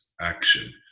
action